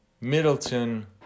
Middleton